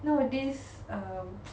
nowadays um